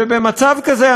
ובמצב כזה,